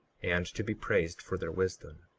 and to be praised for their wisdom.